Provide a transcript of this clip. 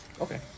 Okay